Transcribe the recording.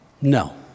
No